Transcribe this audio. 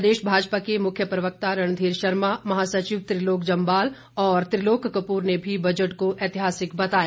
प्रदेश भाजपा के मुख्य प्रवक्ता रणधीर शर्मा महासचिव त्रिलोक जम्वाल और त्रिलोक कपूर ने भी बजट को ऐतिहासिक बताया